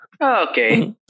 Okay